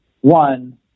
one